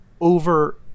over